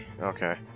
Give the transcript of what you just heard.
Okay